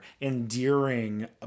endearing